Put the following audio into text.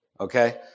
okay